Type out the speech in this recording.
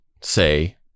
say